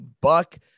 buck